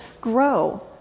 grow